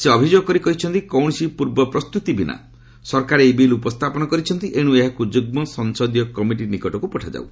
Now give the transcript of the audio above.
ସେ ଅଭିଯୋଗ କରି କହିଛନ୍ତି କୌଣସି ପୂର୍ବ ପ୍ରସ୍ତୁତି ବିନା ସରକାର ଏହି ବିଲ୍ ଉପସ୍ଥାପନ କରିଛନ୍ତି ଏଣୁ ଏହାକୁ ଯୁଗ୍ମ ସଂସଦୀୟ କମିଟି ନିକଟକୁ ପଠାଯାଉ